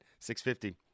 650